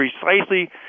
precisely